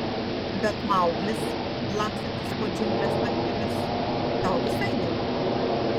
bet mauglis lakstantis po džiungles naktimis tau visai nerūpi